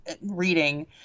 reading